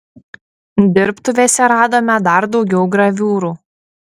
dirbtuvėse radome dar daugiau graviūrų